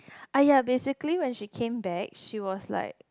!aiya! basically when she come back she was like